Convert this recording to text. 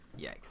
Yikes